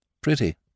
Pretty